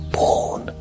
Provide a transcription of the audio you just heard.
born